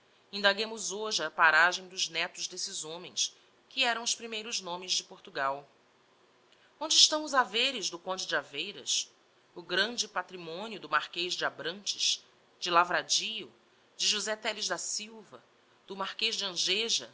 asia indaguemos hoje a paragem dos netos d'esses homens que eram os primeiros nomes de portugal onde estão os haveres do conde de aveiras o grande patrimonio do marquez de abrantes de lavradio de josé telles da silva do marquez de angeja